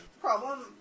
problem